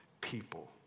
people